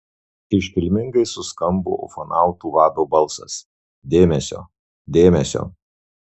iškilmingai suskambo ufonautų vado balsas dėmesio dėmesio